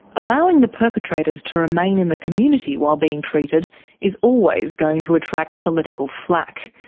allowing the perpetrators to remain in the community while being treated is always going to attract political flak.